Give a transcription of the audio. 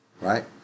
Right